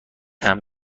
جمع